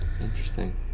interesting